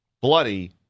bloody